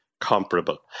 comparable